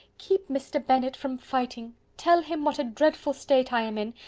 keep mr. bennet from fighting. tell him what a dreadful state i am in,